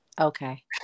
Okay